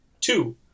Two